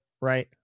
right